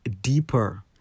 deeper